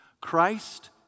Christ